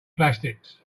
plastics